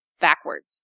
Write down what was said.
backwards